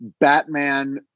Batman